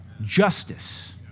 justice